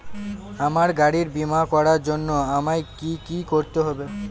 আমার গাড়ির বীমা করার জন্য আমায় কি কী করতে হবে?